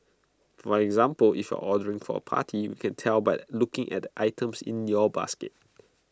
for example if you're ordering for A party we can tell by looking at the items in your basket